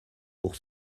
pour